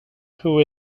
who